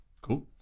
cool